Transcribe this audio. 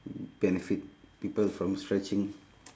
benefit people from stretching